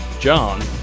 John